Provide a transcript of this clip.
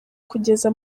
kugeza